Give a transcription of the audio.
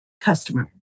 customer